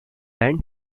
land